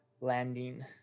landing